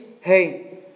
Hey